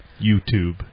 YouTube